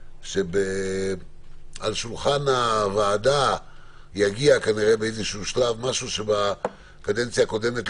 שאל שולחן הוועדה יגיע כנראה בשלב כלשהו משהו שבקדנציה הקודמת,